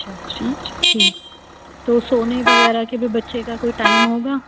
اچھا اچھا اچھا ٹھیک تو سونے وغیرہ کے بھی بچے کا کوئی ٹائم ہوگا